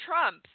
Trump